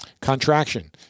Contraction